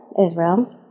Israel